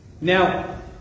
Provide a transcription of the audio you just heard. Now